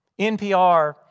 NPR